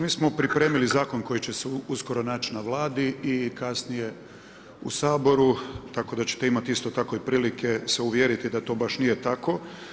Mi smo pripremili Zakon koji će se uskoro naći na Vladi i kasnije u Saboru, tako da ćete imati isto tako i prilike se uvjeriti da to baš nije tako.